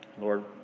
Lord